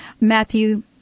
Matthew